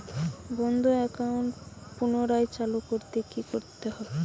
বন্ধ একাউন্ট পুনরায় চালু করতে কি করতে হবে?